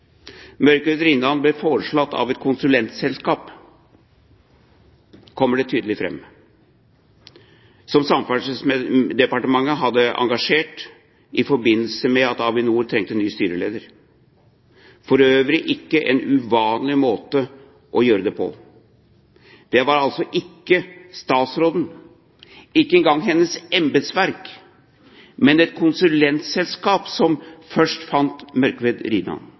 Mørkved Rinnan ble foreslått av et konsulentselskap som Samferdselsdepartementet hadde engasjert i forbindelse med at Avinor trengte ny styreleder – for øvrig ikke en uvanlig måte å gjøre det på. Det var altså ikke statsråden, ikke engang hennes embetsverk, men et konsulentselskap som først fant Mørkved